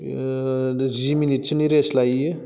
जि मिनिटसोनि रेस्ट लाययो